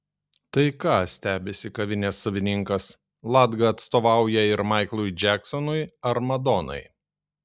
tai ką stebisi kavinės savininkas latga atstovauja ir maiklui džeksonui ar madonai